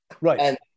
Right